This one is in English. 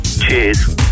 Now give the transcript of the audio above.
cheers